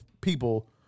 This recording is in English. people –